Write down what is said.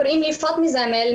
קוראים לי פאטמה זאמל,